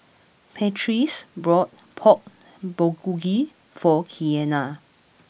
Beatrice bought Pork Bulgogi for Keanna